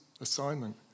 assignment